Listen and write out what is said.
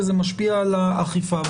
וזה משפיע על האכיפה.